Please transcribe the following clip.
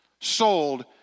sold